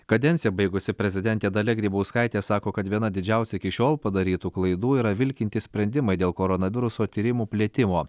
kadenciją baigusi prezidentė dalia grybauskaitė sako kad viena didžiausių iki šiol padarytų klaidų yra vilkinti sprendimai dėl koronaviruso tyrimų plėtimo